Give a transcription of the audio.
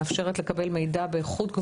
מאפשרת לקבל מידע באיכות גבוהה.